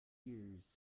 ears